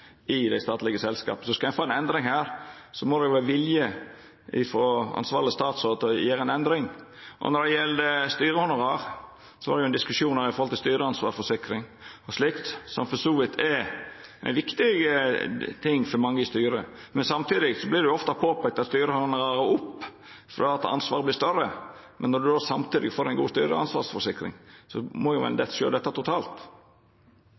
i dei statlege selskapa generelt. Skal ein få ei endring her, må det vera vilje frå ansvarleg statsråd til å gjera ei endring. Når det gjeld styrehonorar, var det ein diskusjon her med omsyn til styreansvarsforsikring og slikt, som for så vidt er viktig for mange i styre. Samtidig vert det ofte påpeikt at styrehonorar går opp fordi ansvaret vert større, men når ein samstundes får ei god styreansvarsforsikring, må ein sjå dette totalt.